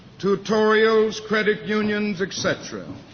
tutorials, credit unions, etcetera.